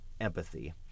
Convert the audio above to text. empathy